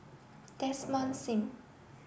Desmond Sim